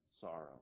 sorrow